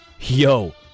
yo